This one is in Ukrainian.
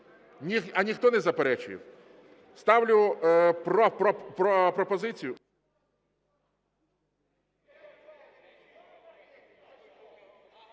Ніхто не заперечує? Ставлю пропозицію…